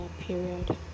period